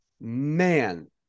man